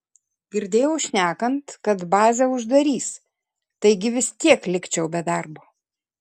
girdėjau šnekant kad bazę uždarys taigi vis tiek likčiau be darbo